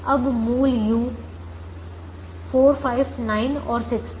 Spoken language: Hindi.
अब मूल u 4 5 9 और 6 थे